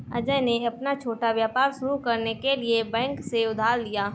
अजय ने अपना छोटा व्यापार शुरू करने के लिए बैंक से उधार लिया